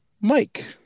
Mike